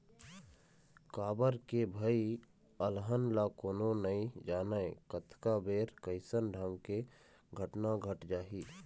काबर के भई अलहन ल कोनो नइ जानय कतका बेर कइसन ढंग के घटना घट जाही